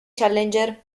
challenger